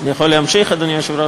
אני יכול להמשיך, אדוני היושב-ראש?